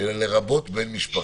אלא לרבות בן משפחה,